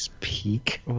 Peak